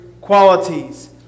qualities